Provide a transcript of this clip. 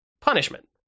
punishment